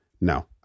No